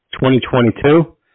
2022